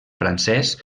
francès